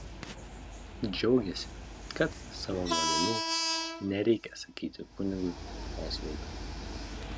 džiaugėsi kad savo nuodėmių nereikia sakyti kunigui osvaldui